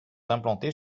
implantés